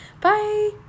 Bye